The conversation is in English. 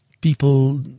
people